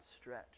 stretch